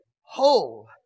whole